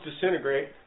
disintegrate